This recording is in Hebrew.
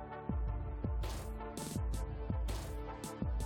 במקרים של הפסקת חשמל הוא יוכל לספק לעצמו חשמל ליום-יומיים,